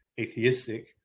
atheistic